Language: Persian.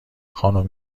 خانم